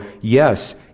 yes